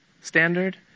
standard